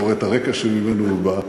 אתה רואה את הרקע שממנו הוא בא,